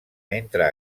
entre